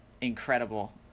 incredible